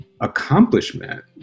accomplishment